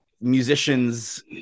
musicians